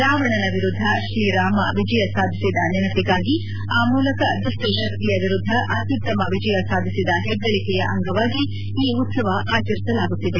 ರಾವಣನ ವಿರುದ್ದ ಶ್ರೀರಾಮ ವಿಜಯ ಸಾಧಿಸಿದ ನೆನಪಿಗಾಗಿ ಆ ಮೂಲಕ ದುಪ್ಪ ಶಕ್ತಿಯ ವಿರುದ್ದ ಅತ್ಯುತ್ತಮ ವಿಜಯ ಸಾಧಿಸಿದ ಹೆಗ್ಗಳಿಕೆಯ ಅಂಗವಾಗಿ ಈ ಉತ್ತವ ಆಚರಿಸಲಾಗುತ್ತಿದೆ